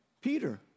Peter